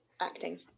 acting